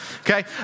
okay